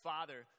Father